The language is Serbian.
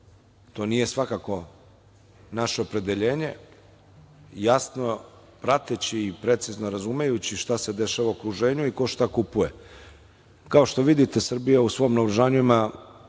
to nije svakako naše opredeljenje, jasno prateći i precizno razumejući šta se dešava u okruženju i ko šta kupuje. Kao što vidite, Srbija u svom naoružanju ima